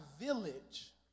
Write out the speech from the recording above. village